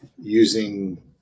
using